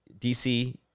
DC